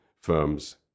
firms